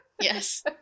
Yes